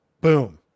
Boom